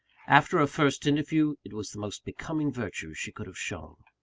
after a first interview, it was the most becoming virtue she could have shown.